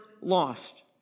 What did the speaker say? lost